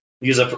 use